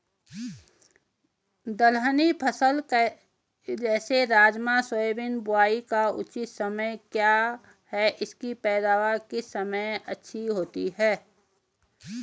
दलहनी फसलें जैसे राजमा सोयाबीन के बुआई का उचित समय क्या है इसकी पैदावार किस समय अच्छी होती है?